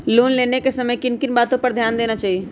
Loan लेने के समय किन किन वातो पर ध्यान देना चाहिए?